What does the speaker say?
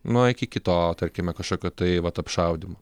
nu iki kito tarkime kažkokio tai vat apšaudymo